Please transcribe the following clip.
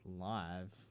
live